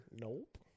Nope